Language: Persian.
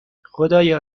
خدایا